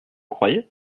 croyais